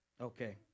Okay